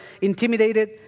intimidated